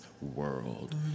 world